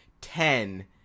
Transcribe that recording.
ten